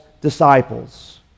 disciples